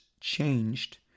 changed